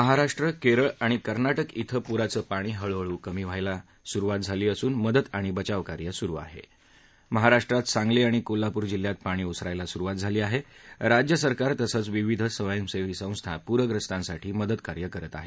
महाराष्ट्र कर्रळ आणि कर्नाटक िंग पुराचं पाणी हळूहळू कमी व्हायला सुरुवात झाली असून मदत आणि बचावकार्य सुरु आहा महाराष्ट्रात सांगली आणि कोल्हापूर जिल्ह्यात पाणी ओसरायला सुरुवात झाली आहा ्राज्य सरकार तसंच विविध स्वयंसहीी संस्था पूर्ग्रस्तांसाठी मदतकार्य करत आहेत